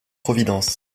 providence